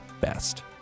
best